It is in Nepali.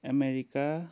अमेरिका